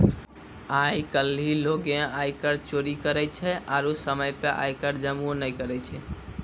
आइ काल्हि लोगें आयकर चोरी करै छै आरु समय पे आय कर जमो नै करै छै